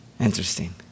Interesting